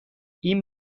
این